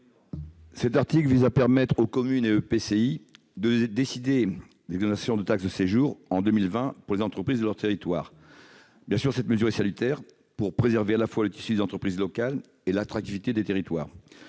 L'article 17 vise à permettre aux communes et EPCI de décider des exonérations de taxe de séjour en 2020 pour les entreprises de leur territoire. Cette mesure serait salutaire pour préserver, à la fois, le tissu des entreprises locales et l'attractivité des territoires.